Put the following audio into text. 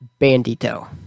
Bandito